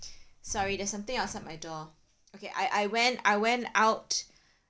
sorry there's something outside my door okay I I went I went out